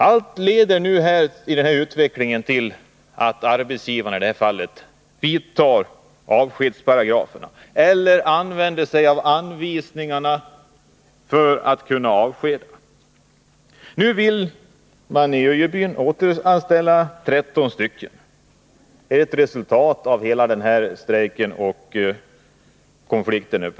Utvecklingen har lett till att arbetsgivarna i dessa fall åberopat avskedsparagraferna eller använt sig av anvisningarna i lagstiftningen för att kunna avskeda. Men i Öjebyn vill man nu återanställa 13 personer. Det är resultatet av konflikten där.